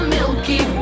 Milky